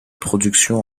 production